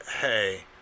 hey